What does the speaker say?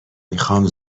میخام